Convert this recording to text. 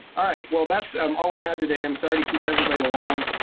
alright well that's um all we had today. i'm sorry to keep everybody along.